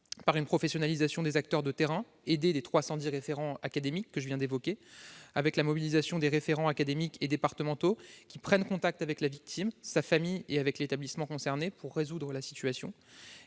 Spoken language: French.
par une professionnalisation des acteurs de terrain aidés des 310 référents académiques, la mobilisation des référents académiques et départementaux qui prennent contact avec la victime, sa famille et avec l'établissement concerné pour résoudre la situation,